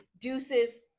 deuces